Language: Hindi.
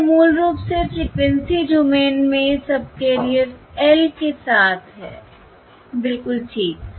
तो यह मूल रूप से फ़्रीक्वेंसी डोमेन में सबकैरियर L के साथ है बिलकुल ठीक